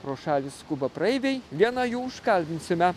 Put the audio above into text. pro šalį skuba praeiviai vieną jų užkalbinsime